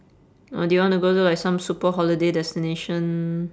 or do you want to go to like some super holiday destination